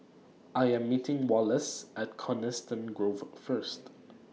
I Am meeting Wallace At Coniston Grove First